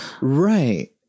Right